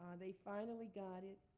um they finally got it.